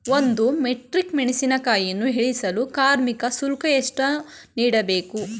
ಒಂದು ಮೆಟ್ರಿಕ್ ಮೆಣಸಿನಕಾಯಿಯನ್ನು ಇಳಿಸಲು ಕಾರ್ಮಿಕ ಶುಲ್ಕ ಎಷ್ಟು ನೀಡಬೇಕು?